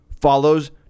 follows